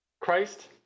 Christ